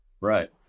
Right